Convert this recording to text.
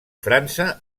frança